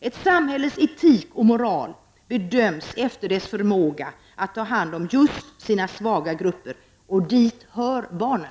Ett samhälles etik och moral bedöms efter dess förmåga att ta hand om just sina svaga grupper. Dit hör barnen.